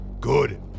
Good